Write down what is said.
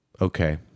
Okay